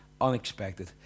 Unexpected